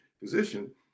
position